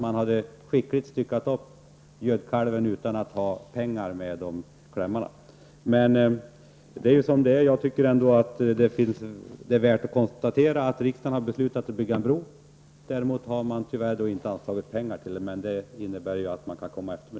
Man hade skickligt styckat upp gödkalven utan att ha pengar med i förslagens klämmar. Jag tycker ändå att det är värt att konstatera att riksdagen har beslutat att en bro skall byggas. Däremot har man tyvärr inte anslagit pengar till den. Men det kan man ju komma efter med.